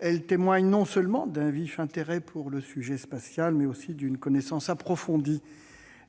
qui témoignent non seulement d'un vif intérêt pour le sujet de l'espace, mais aussi d'une connaissance approfondie